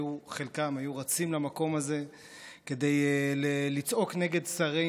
חלקם היו רצים למקום הזה כדי לצעוק נגד שרים,